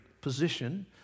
position